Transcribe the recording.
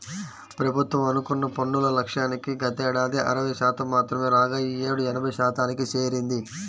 ప్రభుత్వం అనుకున్న పన్నుల లక్ష్యానికి గతేడాది అరవై శాతం మాత్రమే రాగా ఈ యేడు ఎనభై శాతానికి చేరింది